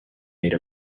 made